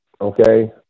okay